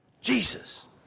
Jesus